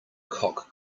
cock